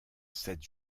sept